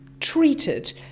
treated